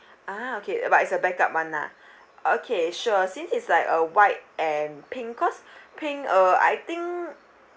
ah okay but it's a backup [one] lah okay sure since it's like a white and pink cause pink uh I think